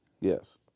Yes